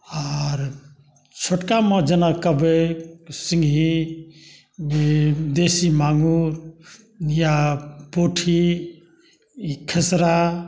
आर छोटका माँछ जेना कवइ सिंही ई देशी माँगुर या पोठी खेसरा